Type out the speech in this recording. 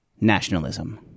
nationalism